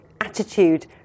attitude